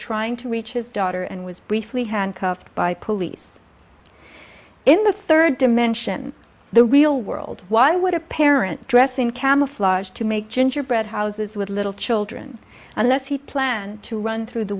trying to reach his daughter and was briefly handcuffed by police in the third dimension the real world why would a parent dress in camouflage to make gingerbread houses with little children unless he planned to run through the